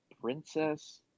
Princess